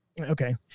Okay